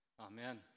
Amen